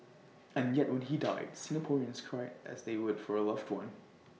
and yet when he died Singaporeans cried as they would for A loved one